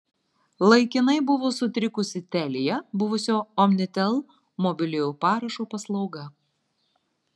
laikinai buvo sutrikusi telia buvusio omnitel mobiliojo parašo paslauga